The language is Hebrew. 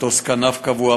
מטוס כנף קבוע,